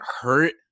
hurt